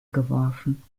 geworfen